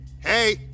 hey